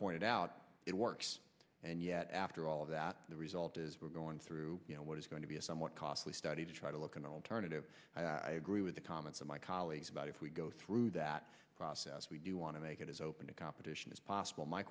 pointed out it works and yet after all of that the result is we're going through what is going to be a somewhat costly study to try to look at alternative i agree with the comments of my colleagues about if we go through that process we do want to make it as open to competition as possible my